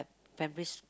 primary